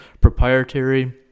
proprietary